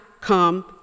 come